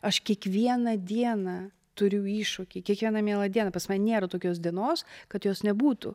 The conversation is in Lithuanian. aš kiekvieną dieną turiu iššūkį kiekvieną mielą dieną pas mane nėra tokios dienos kad jos nebūtų